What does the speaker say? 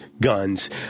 guns